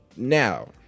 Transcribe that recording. Now